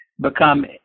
become